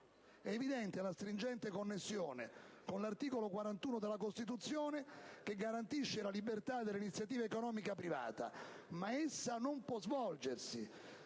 È evidente la stringente connessione con l'articolo 41 della Costituzione, che garantisce la libertà dell'iniziativa economica privata, affermando al secondo